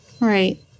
Right